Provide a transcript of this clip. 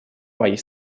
моей